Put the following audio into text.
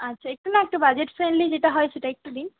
আচ্ছা একটু না একটু বাজেট ফ্রেন্ডলি যেটা হয় সেটা একটু দিন